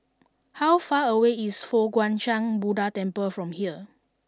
how far away is Fo Guang Shan Buddha Temple from here